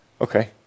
Okay